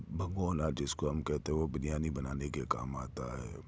بھگونا جس کو ہم کہتے ہیں وہ بریانی بنانے کے کام آتا ہے